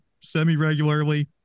semi-regularly